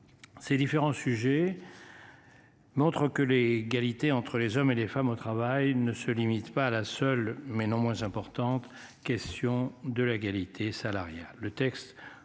Ces différents sujets. Montre que l'égalité entre les hommes et les femmes au travail ne se limite pas à la seule mais non moins importante question de l'égalité salariale,